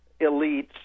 elites